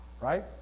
Right